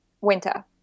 winter